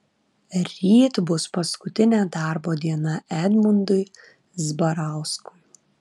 ryt bus paskutinė darbo diena edmundui zbarauskui